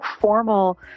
formal